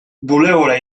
bulegora